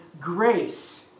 grace